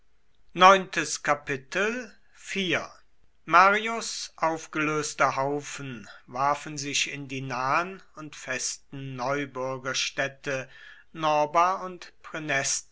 marius aufgelöste haufen warfen sich in die nahen und festen neubürgerstädte norba und